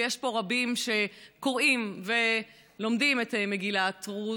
ויש פה רבים שקוראים ולומדים את מגילת רות,